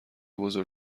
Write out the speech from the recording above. بزرگ